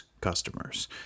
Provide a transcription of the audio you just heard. customers